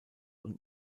und